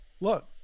look